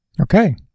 Okay